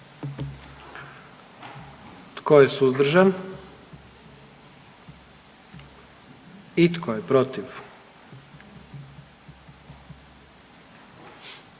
Tko je suzdržan? I tko je protiv?